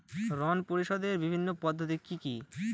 ঋণ পরিশোধের বিভিন্ন পদ্ধতি কি কি?